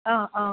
অঁ অঁ